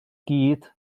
gyd